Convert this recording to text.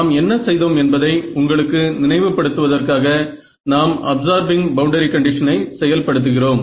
நாம் என்ன செய்தோம் என்பதை உங்களுக்கு நினைவு படுத்துவதற்காக நாம் அப்ஸார்பிங் பவுண்டரி கண்டிஷனை செயல் படுத்துகிறோம்